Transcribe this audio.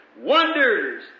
wonders